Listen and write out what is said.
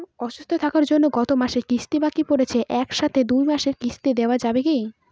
অসুস্থ থাকার জন্য গত মাসের কিস্তি বাকি পরেছে এক সাথে দুই মাসের কিস্তি দেওয়া যাবে কি?